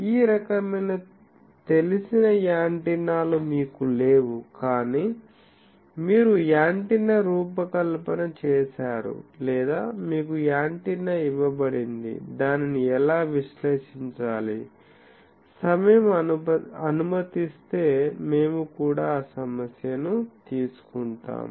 ఈ రకమైన తెలిసిన యాంటెనాలు మీకు లేవు కానీ మీరు యాంటెన్నా రూపకల్పన చేసారు లేదా మీకు యాంటెన్నా ఇవ్వబడింది దానిని ఎలా విశ్లేషించాలి సమయం అనుమతిస్తే మేము కూడా ఆ సమస్యను తీసుకుంటాము